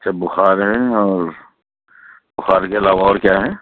اچھا بُخار ہے اور بُخار کے علاوہ اور کیا ہے